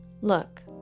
Look